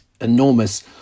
enormous